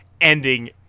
ending